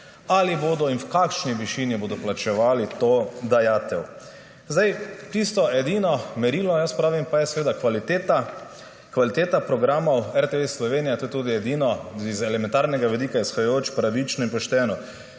ali bodo in v kakšni višini bodo plačevali to dajatev. Tisto edino merilo, jaz pravim, pa je seveda kvaliteta. Kvaliteta programov RTV Slovenija, to je tudi edino, iz elementarnega vidika izhajajoč, pravično in pošteno.